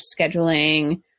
scheduling